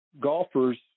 golfers